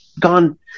gone